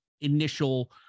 initial